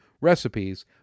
recipes